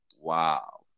Wow